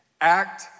act